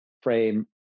frame